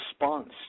response